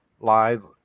Live